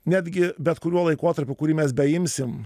netgi bet kuriuo laikotarpiu kurį mes beimsim